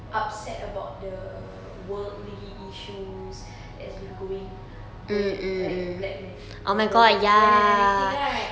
upset about the worldly issue that has been going going like black man and everything right